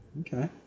Okay